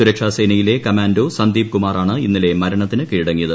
സുരക്ഷാ സേനയിലെ കമാൻഡോ സന്ദീപ് കുമാറാണ് ഇന്നലെ മരണത്തിന് കീഴടങ്ങിയത്